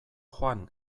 joan